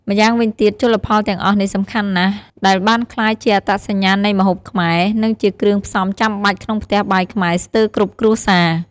ម្យ៉ាងវិញទៀត ជលផលទាំងអស់នេះសំខាន់ណាស់ ដែលបានក្លាយជាអត្តសញ្ញាណនៃម្ហូបខ្មែរ និងជាគ្រឿងផ្សំចាំបាច់ក្នុងផ្ទះបាយខ្មែរស្ទើរគ្រប់គ្រួសារ។